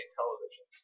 television